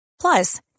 Plus